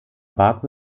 baku